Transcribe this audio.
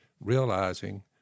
realizing